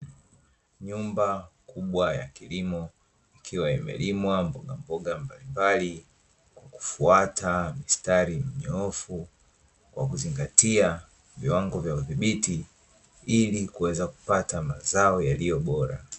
Nyumba kubwa ya kilimo ikiwa imelimwa mboga mboga mbalimbali, kwa kufuata mistari mnyoofu kwa kuzingatia viwango vya udhibiti ili kuweza kupata mazao yaliyo bora.